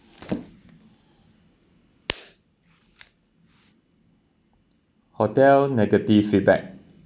hotel negative feedback